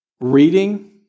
reading